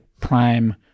Prime